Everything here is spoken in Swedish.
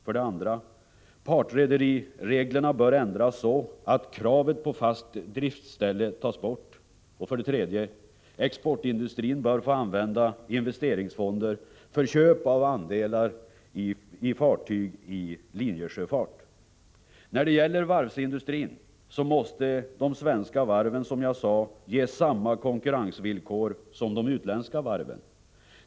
För det andra bör partrederireglerna ändras så att kravet på fast driftsställe tas bort. För det tredje bör exportindustrin få använda investeringsfonder för köp av andelar i fartyg i linjesjöfart. När det gäller varvsindustrin så måste de svenska varven ges samma konkurrensvillkor som utländska varv.